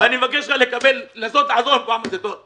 ואני מבקש ממך --- תודה.